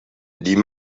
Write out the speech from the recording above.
die